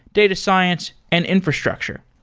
data science, and infrastructure.